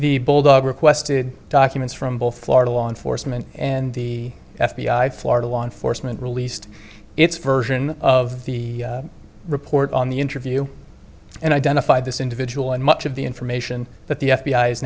the bulldog requested documents from both florida law enforcement and the f b i florida law enforcement released its version of the report on the interview and identified this individual and much of the information that the f